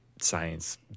science